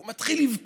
הוא מתחיל לבכות,